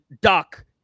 Duck